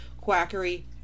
quackery